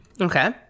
Okay